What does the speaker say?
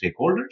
stakeholders